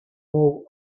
move